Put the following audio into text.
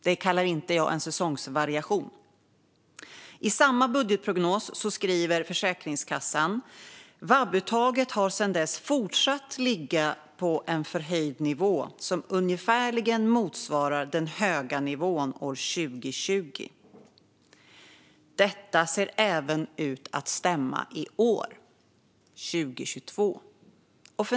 Det kallar inte jag en säsongsvariation. I samma budgetprognos skriver Försäkringskassan: "VAB-uttaget har sedan dess fortsatt ligga på en förhöjd nivå som ungefärligen motsvarar den höga nivån 2020. Detta ser även ut att stämma i år", 2022.